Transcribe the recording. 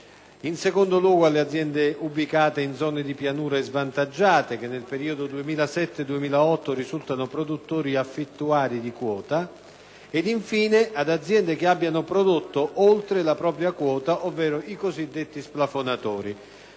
in secondo luogo alle aziende ubicate in zone di pianura e svantaggiate che, nel periodo 2007-2008, risultano produttori affittuari di quota; ed infine ad aziende che abbiano prodotto oltre la propria quota, ovvero i cosiddetti splafonatori.